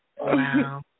Wow